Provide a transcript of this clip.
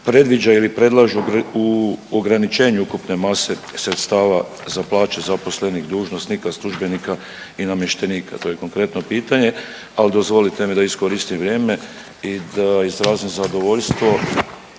predviđa ili predlažu u ograničenju ukupne mase sredstava za plaće zaposlenih dužnosnika, službenika i namještenika? To je konkretno pitanje, ali dozvolite mi da iskoristim vrijeme i da izrazim zadovoljstvo